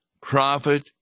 prophet